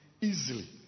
easily